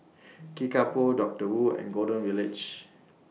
Kickapoo Doctor Wu and Golden Village